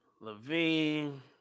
Levine